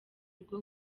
rwo